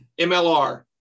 MLR